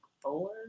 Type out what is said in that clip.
four